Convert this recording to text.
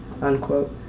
Unquote